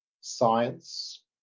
science